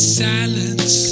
silence